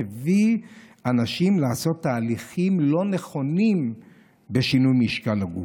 מביא אנשים לעשות תהליכים לא נכונים בשינוי משקל הגוף.